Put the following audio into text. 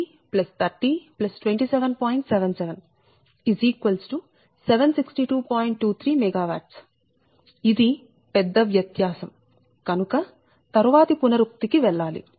23 MW ఇది పెద్ద వ్యత్యాసం కనుక తర్వాతి పునరుక్తి కి వెళ్ళాలి